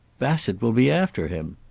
bassett will be after him.